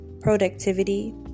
productivity